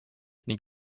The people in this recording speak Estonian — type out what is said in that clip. ning